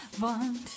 want